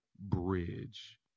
bridge